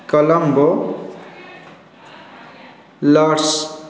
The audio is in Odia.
କଲମ୍ବ ଲର୍ସ